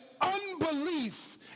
unbelief